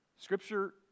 Scripture